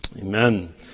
Amen